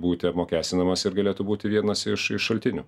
būti apmokestinamas ir galėtų būti vienas iš iš šaltinių